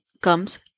comes